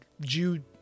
Jude